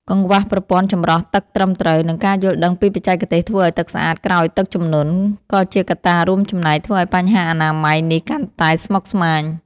កង្វះប្រព័ន្ធចម្រោះទឹកត្រឹមត្រូវ និងការយល់ដឹងពីបច្ចេកទេសធ្វើឱ្យទឹកស្អាតក្រោយទឹកជំនន់ ក៏ជាកត្តារួមចំណែកធ្វើឱ្យបញ្ហាអនាម័យនេះកាន់តែស្មុគស្មាញ។